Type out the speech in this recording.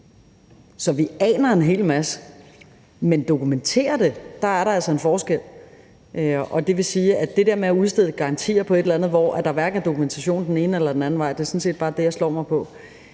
en forskel på det og så at dokumentere det. Og det vil sige, at det der med at udstede garantier for et eller andet, hvor der hverken er dokumentation den ene eller den anden vej, sådan set bare er det, jeg slår mig på.